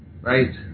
Right